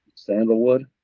Sandalwood